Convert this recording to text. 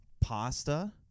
pasta